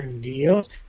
deals